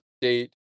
date